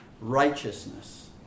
righteousness